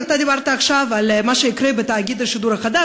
אתה דיברת עכשיו על מה שיקרה בתאגיד השידור החדש.